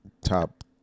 top